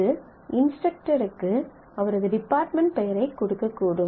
இது இன்ஸ்டரக்டருக்கு அவரது டிபார்ட்மென்ட் பெயரைக் கொடுக்கக்கூடும்